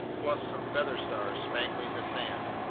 plus some feather stars spangling the sand.